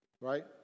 right